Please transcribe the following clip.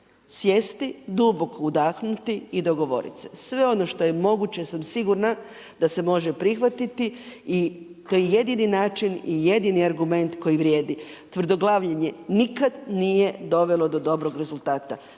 Sjesti duboko udahnuti i dogovoriti se. Sve ono što je moguće, sam sigurna da se može prihvatiti i to je jedini način i jedini argument koji vrijedi. Tvrdoglavljenje nikad nije dovelo do dobrog rezultata.